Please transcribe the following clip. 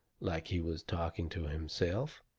like he was talking to himself.